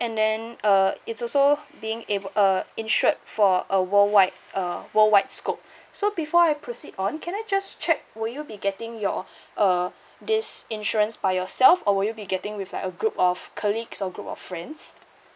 and then uh it's also being able uh insured for uh worldwide uh worldwide scope so before I proceed on can I just check will you be getting your uh this insurance by yourself or will you be getting with like a group of colleagues or group of friends